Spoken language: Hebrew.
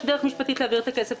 יש דרך משפטית להעביר את הכסף,